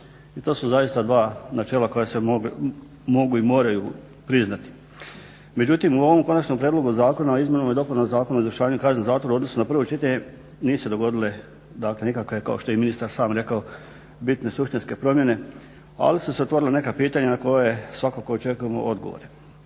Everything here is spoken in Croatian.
I to su zaista dva načela koja se mogu i moraju priznati. Međutim u ovom konačnom prijedlogu zakona o izmjenama i dopunama Zakona o izvršavanju kazne zatvora u odnosu na prvo čitanje nisu se dogodile nikakve kao što je i ministar sam rekao bitne suštinske promjene, ali su se otvorila neka pitanja na koje svakako očekujemo odgovor.